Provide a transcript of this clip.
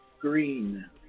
Green